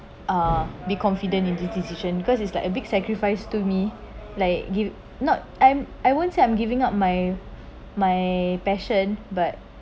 uh be confident in this decision because it's like a big sacrifice to me like you not I’m I‘m won't say I'm giving up my my passion but